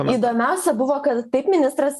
įdomiausia buvo kad taip ministras